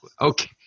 Okay